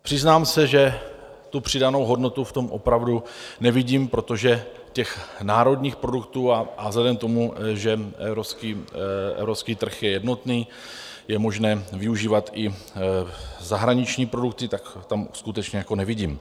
Přiznám se, že tu přidanou hodnotu v tom opravdu nevidím, protože těch národních produktů... a vzhledem k tomu, že evropský trh je jednotný, je možné využívat i zahraniční produkty, tak tam skutečně nevidím.